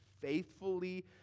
faithfully